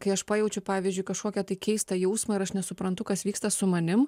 kai aš pajaučiu pavyzdžiui kažkokią tai keistą jausmą ir aš nesuprantu kas vyksta su manim